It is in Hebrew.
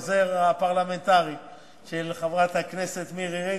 העוזר הפרלמנטרי של חברת הכנסת מירי רגב.